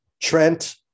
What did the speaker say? Trent